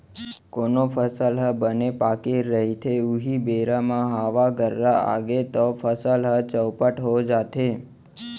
कोनो फसल ह बने पाके रहिथे उहीं बेरा म हवा गर्रा आगे तव फसल ह चउपट हो जाथे